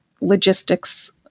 logistics